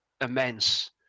immense